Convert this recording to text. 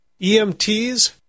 EMTs